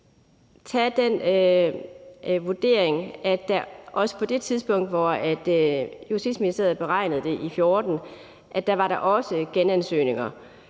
for den vurdering, at der også på det tidspunkt, hvor Justitsministeriet beregnede det, i 2014, var genansøgninger.